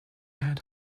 had